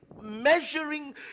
measuring